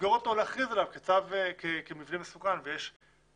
לסגור אותו או להכריז עליו כמבנה מסוכן ויש לרשות